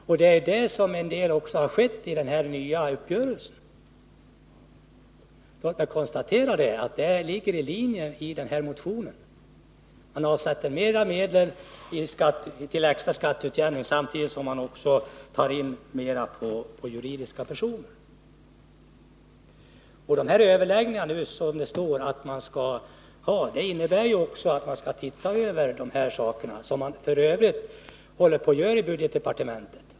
Till en del kommer så att ske enligt den nya uppgörelsen. Låt mig konstatera att detta ligger i linje med vår motion. Man avsätter mer medel till extra skatteutjämning, samtidigt som man tar in mer pengar från juridiska personer. Vid de överläggningar som det står angivet att man skall ha skall de här frågorna ses över. Man håller f. ö. sedan en tid på att göra detta i budgetdepartmentet.